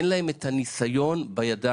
אין להם את הניסיון בידיים.